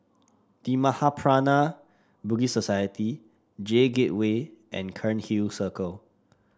The Mahaprajna Buddhist Society J Gateway and Cairnhill Circle